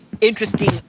interesting